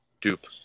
dupe